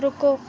रुको